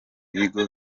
bigo